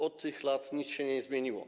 Od tych lat nic się nie zmieniło.